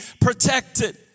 protected